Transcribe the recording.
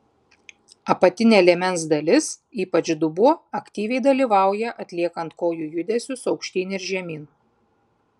apatinė liemens dalis ypač dubuo aktyviai dalyvauja atliekant kojų judesius aukštyn ir žemyn